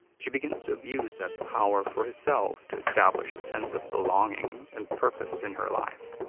she begins to abuse that power for herself to establish a sense of belonging and purpse in her life.